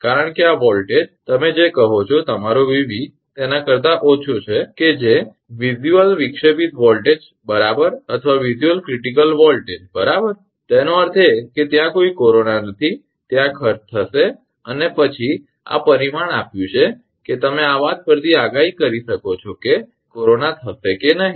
કારણ કે આ વોલ્ટેજ તમે જે કહો છો તમારો 𝑉𝑣 તેના કરતા ઓછો છે કે વિઝ્યુઅલ વિક્ષેપિત વોલ્ટેજ બરાબર અથવા વિઝ્યુઅલ ક્રિટિકલ વોલ્ટેજ બરાબર તેનો અર્થ એ કે ત્યાં કોઈ કોરોના નથી ત્યાં ખર્ચ થશે અને પછી આ પરિમાણ આપ્યું છે કે તમે આ વાત પરથી આગાહી કરી શકો છો કે કોરોના થશે કે નહીં